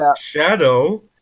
Shadow